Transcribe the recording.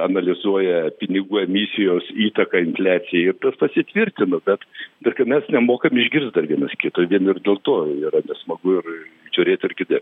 analizuoja pinigų emisijos įtaką infliacijai ir tas pasitvirtino bet tai kad mes nemokam išgirst dar vienas kito vien ir dėl to yra nesmagu ir žiūrėt ir girdėt